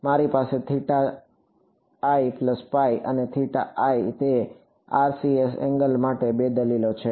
મારી પાસે થીટા છે અને તે RCSએંગલ માટે 2 દલીલો છે